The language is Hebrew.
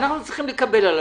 זה